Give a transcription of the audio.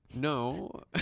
No